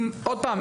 עוד פעם,